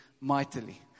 mightily